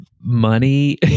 money